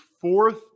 fourth